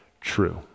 true